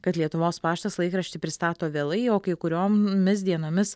kad lietuvos paštas laikraštį pristato vėlai o kai kuriomis dienomis